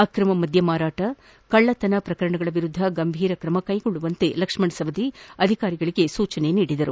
ಅಕ್ರಮ ಮದ್ಯ ಮಾರಾಟ ಕಳ್ಳತನ ಪ್ರಕರಣಗಳ ವಿರುದ್ಧ ಗಂಭೀರ ತ್ರಮ ಕೈಗೊಳ್ಳುವಂತೆ ಲಕ್ಷ್ಮಣ್ ಸವದಿ ಅಧಿಕಾರಿಗಳಿಗೆ ಸೂಚನೆ ನೀಡಿದರು